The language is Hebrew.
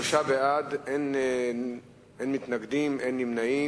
שלושה בעד, אין מתנגדים ואין נמנעים.